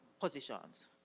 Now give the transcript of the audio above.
positions